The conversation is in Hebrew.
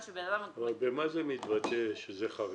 במה זה מתבטא שזה חריג?